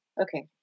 okay